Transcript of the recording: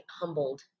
humbled